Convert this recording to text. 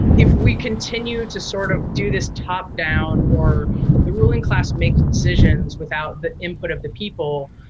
if we continue to sort of do this top down or that the ruling class make decisions without the input of the people,